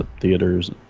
theaters